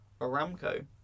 Aramco